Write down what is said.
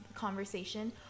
conversation